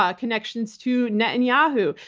ah connections to netanyahu,